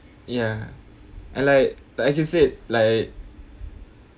ya I like like you said like